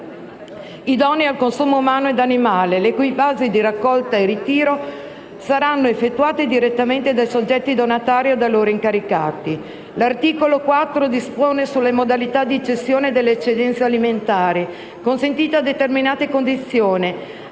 idonei al consumo umano e animale, le cui fasi di raccolta e ritiro saranno effettuate direttamente dai soggetti donatari o da loro incaricati. L'articolo 4 dispone sulle modalità di cessione delle eccedenze alimentari, consentita, a determinate condizioni,